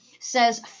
says